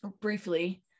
briefly